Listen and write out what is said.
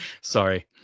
Sorry